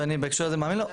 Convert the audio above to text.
ואני בהקשר הזה מאמין לו,